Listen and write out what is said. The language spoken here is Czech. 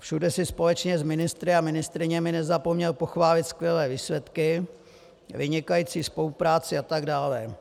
Všude si společně s ministry a ministryněmi nezapomněl pochválit skvělé výsledky, vynikající spolupráci atd.